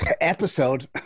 Episode